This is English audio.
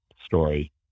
story